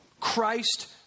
Christ